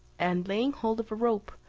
and laying hold of a rope,